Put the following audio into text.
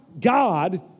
God